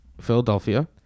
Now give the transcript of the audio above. Philadelphia